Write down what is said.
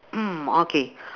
ah okay